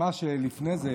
ממש לפני זה,